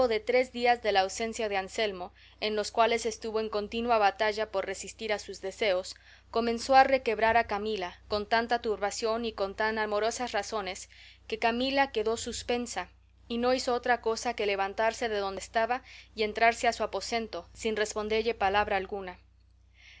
tres días de la ausencia de anselmo en los cuales estuvo en continua batalla por resistir a sus deseos comenzó a requebrar a camila con tanta turbación y con tan amorosas razones que camila quedó suspensa y no hizo otra cosa que levantarse de donde estaba y entrarse a su aposento sin respondelle palabra alguna